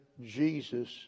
Jesus